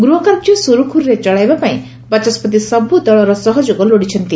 ଗୃହକାର୍ଯ୍ୟ ସୁରୁଖୁରୁରେ ଚଳାଇବାପାଇଁ ବାଚସ୍ବତି ସବୁ ଦଳର ସହଯୋଗ ଲୋଡ଼ିଛନ୍ତି